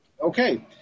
Okay